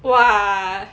!wah!